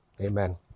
Amen